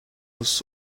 was